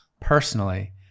personally